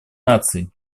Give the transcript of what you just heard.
наций